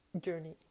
journey